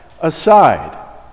aside